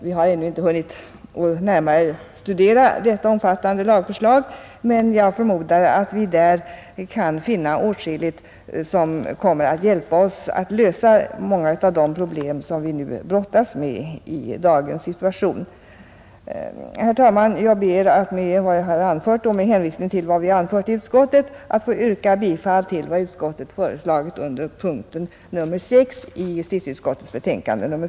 Vi har ännu inte hunnit studera detta omfattande lagförslag närmare, men jag förmodar att vi däri kan finna åtskilligt som kommer att hjälpa oss att lösa många av de problem som vi brottas med i dagens situation. Herr talman! Jag ber med vad jag nu anfört och med hänvisning till vad som anförs i utskottsbetänkandet att få yrka bifall till vad utskottet föreslagit under punkten 6 i justitieutskottets betänkande nr 5.